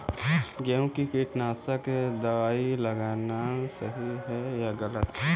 गेहूँ में कीटनाशक दबाई लगाना सही है या गलत?